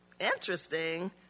interesting